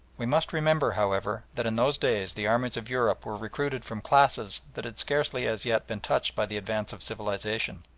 we must remember, however, that in those days the armies of europe were recruited from classes that had scarcely as yet been touched by the advance of civilisation.